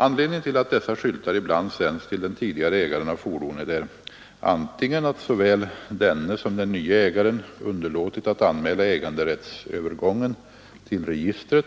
Anledningen till att dessa skyltar ibland sänds till den tidigare ägaren av fordonet är antingen att såväl denne som den nye ägaren underlåtit att anmäla äganderättsövergången till registret